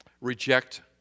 Reject